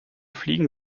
fliegen